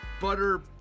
Butter